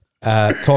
Talk